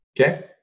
Okay